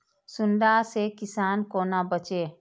सुंडा से किसान कोना बचे?